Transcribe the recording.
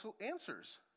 answers